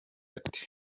ate